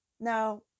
Now